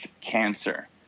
cancer